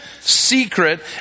secret